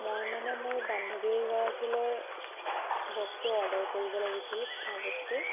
মই মানে মোৰ বান্ধৱী এগৰাকীলৈ বস্তু অৰ্ডাৰ কৰিব লাগিছিল খোৱা বস্তু